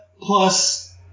plus